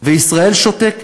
וישראל שותקת.